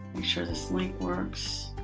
make sure this link works.